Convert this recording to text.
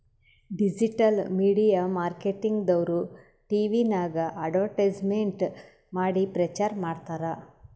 digital media marketing ದವ್ರು ಟಿವಿನಾಗ್ advertisement ಮಾಡಿ ಪ್ರಚಾರ್ ಮಾಡ್ತಾರ್